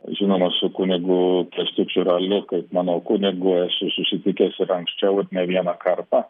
žinoma su kunigu kęstučiu raliu kaip manau kunigu esu susitikęs ir anksčiau ne vieną kartą